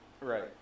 Right